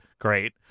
Great